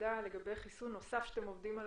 בוועדה לגבי חיסון נוסף שאתם עובדים עליו,